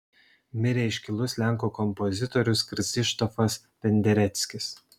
mirė iškilus lenkų kompozitorius krzyštofas pendereckis